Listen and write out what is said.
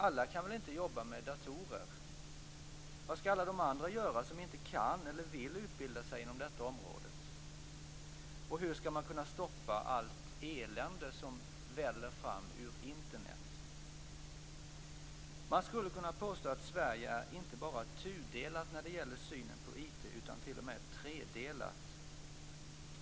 Alla kan väl inte jobba med datorer? Vad skall alla de andra, som inte kan eller vill utbilda sig inom detta område, göra? Och hur skall man kunna stoppa allt elände som väller fram på Internet? Man skulle kunna påstå att Sverige inte bara är tudelat när det gäller synen på IT utan t.o.m. tredelat.